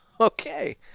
Okay